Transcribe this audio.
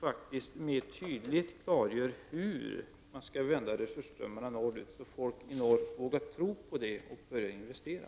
och mer tydligt klargjorde hur man skall vända resursströmmarna norrut, så att människor i norr vågar tro på det och börjar investera.